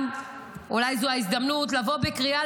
גם אולי זו ההזדמנות לבוא בקריאה